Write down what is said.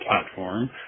platform